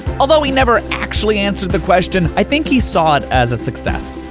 although he never actually answered the question, i think he saw it as a success.